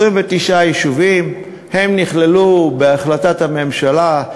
29 יישובים, הם נכללו בהחלטת הממשלה.